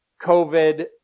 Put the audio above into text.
COVID